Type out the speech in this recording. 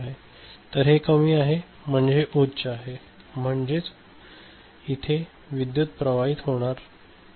तर हे कमी आहे म्हणजे हे उच्च आहे म्हणजेच हे प्रवाहित होत आहे